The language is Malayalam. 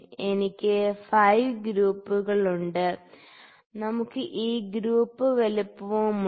എനിക്ക് 5 ഗ്രൂപ്പുകളുണ്ട് നമുക്ക് ഈ ഗ്രൂപ്പ് വലുപ്പവും ഉണ്ട്